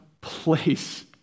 place